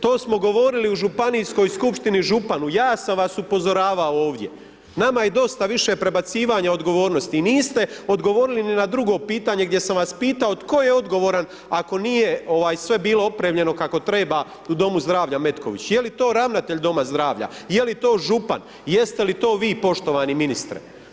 To smo govorili u županijskoj skupštini županu, ja sam vas upozoravao ovdje, nama je dosta više prebacivanja odgovornosti i niste odgovorili ni na drugo pitanje, gdje sam vas pitao tko je odgovoran ako nije ovaj sve bilo opremljeno kako treba u Domu zdravlja Metković, je li to ravnatelj doma zdravlja, je li to župan, jeste li to vi poštovani ministre.